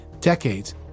decades